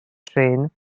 train